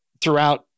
throughout